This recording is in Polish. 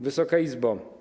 Wysoka Izbo!